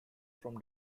from